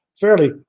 fairly